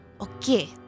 okay